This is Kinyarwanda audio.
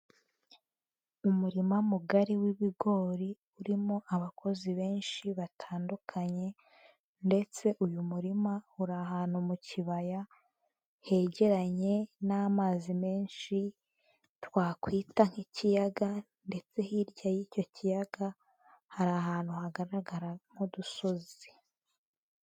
Umurima mugari w'ibigori urimo abakozi benshi batandukanye ndetse uyu murima uri ahantu mu kibaya, hegeranye n'amazi menshi twakwita nk'ikiyaga ndetse hirya y'icyo kiyaga hari ahantu hagaragara nk'udusozi.